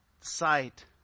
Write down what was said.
sight